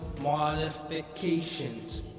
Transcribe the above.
modifications